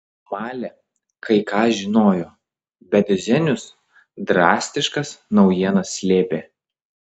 malė kai ką žinojo bet zenius drastiškas naujienas slėpė